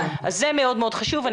זה מאוד מאוד חשוב.